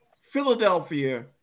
Philadelphia